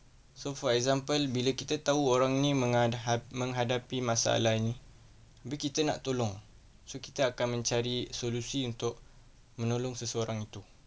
so for example bila kita tahu orang ini mengha~ menghadapi masalah ini tapi kita nak tolong so kita akan mencari solution untuk menolong seseorang itu